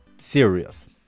serious